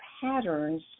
patterns